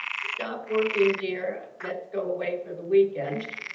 stop working, dear. let's go away for the weekend.